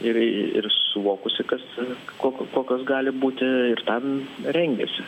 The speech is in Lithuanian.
ir ir suvokusi kas kokio kokios gali būti ir tam rengiasi